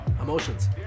Emotions